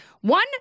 One